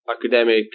academic